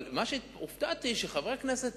אבל מה שהופתעתי, שחברי כנסת